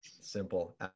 Simple